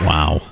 Wow